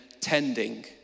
tending